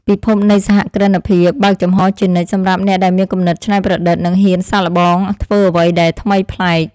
ពិភពនៃសហគ្រិនភាពបើកចំហរជានិច្ចសម្រាប់អ្នកដែលមានគំនិតច្នៃប្រឌិត និងហ៊ានសាកល្បងធ្វើអ្វីដែលថ្មីប្លែក។